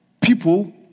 people